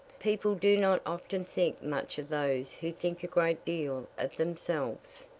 people do not often think much of those who think a great deal of themselves.